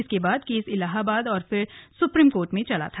इसके बाद केस इलाहाबाद और फिर सुप्रीम कोर्ट में चला था